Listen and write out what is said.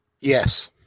Yes